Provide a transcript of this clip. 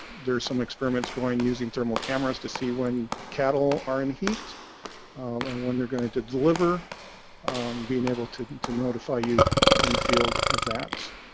there's some experiments going using thermal cameras to see when cattle are in heat and when they're going to to deliver being able to to notify you in the field of that